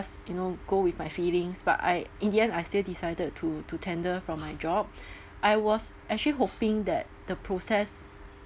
you know go with my feelings but I in the end I still decided to to tender from my job I was actually hoping that the process